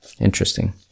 Interesting